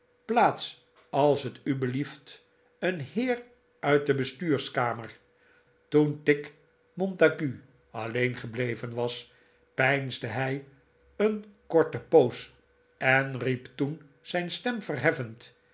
piaats als t u belieft een heer uit de bestuurskamer toen tigg montague alleen gebleven was peinsde hij een korte poos en riep toen zijn stem verheffend